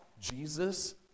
Jesus